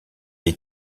est